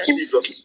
Jesus